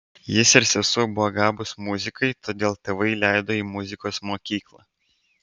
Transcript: jis ir sesuo buvo gabūs muzikai todėl tėvai leido į muzikos mokyklą